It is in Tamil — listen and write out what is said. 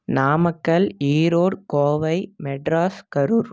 நாமக்கல் ஈரோடு கோவை மெட்ராஸ் கரூர்